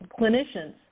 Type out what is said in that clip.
clinicians